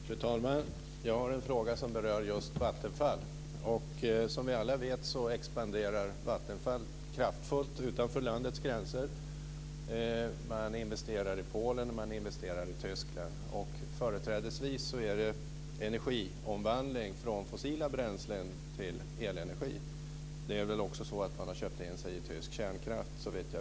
Fru talman! Jag har en fråga som berör Vattenfall. Som vi alla vet expanderar Vattenfall kraftigt utanför landets gränser. Man investerar i Polen och Tyskland. Företrädesvis gäller det energiomvandling från fossila bränslen till elenergi. Man har också köpt in sig i tysk kärnkraft.